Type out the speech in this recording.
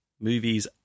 movies